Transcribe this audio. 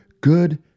good